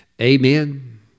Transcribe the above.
amen